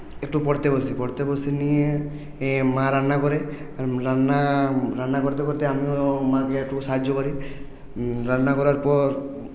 একটু পড়তে বসি পড়তে বসে নিয়ে মা রান্না করে রান্না রান্না করতে করতে আমিও মাকে একটু সাহায্য করি রান্না করার পর